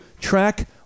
track